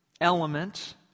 element